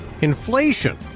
Inflation